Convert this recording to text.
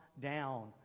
down